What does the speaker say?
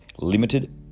limited